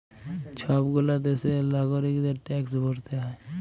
সব গুলা দ্যাশের লাগরিকদের ট্যাক্স ভরতে হ্যয়